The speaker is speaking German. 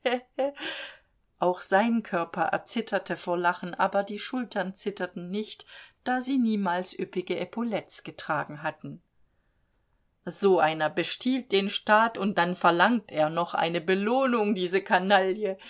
auch sein körper erzitterte vor lachen aber die schultern zitterten nicht da sie niemals üppige epaulettes getragen hatten so einer bestiehlt den staat und dann verlangt er noch eine belohnung diese kanaille